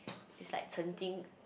it's like 沉静